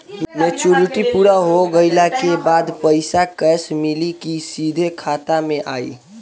Maturity पूरा हो गइला के बाद पईसा कैश मिली की सीधे खाता में आई?